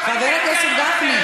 חבר הכנסת גפני.